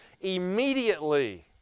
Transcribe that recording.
immediately